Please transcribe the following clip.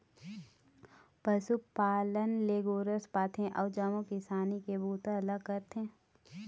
पालतू पशु ले गोरस पाथे अउ जम्मो किसानी के बूता ल करथे